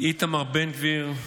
איתמר בן גביר.